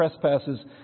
trespasses